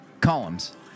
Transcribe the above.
Columns